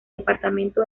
departamento